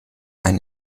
ein